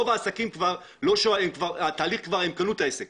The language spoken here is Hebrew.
ברוב המקרים הם כבר קנו את העסק.